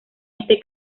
este